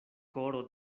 koro